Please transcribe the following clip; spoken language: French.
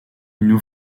nous